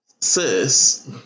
sis